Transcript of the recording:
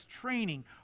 training